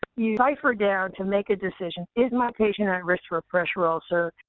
you cipher down to make a decision, is my patient at risk for a pressure ulcer,